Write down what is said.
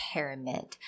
Pyramid